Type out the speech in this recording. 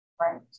Right